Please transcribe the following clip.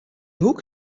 hoek